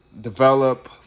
develop